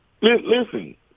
Listen